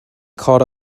caught